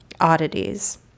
oddities